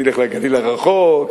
תלך לגליל הרחוק?